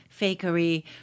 fakery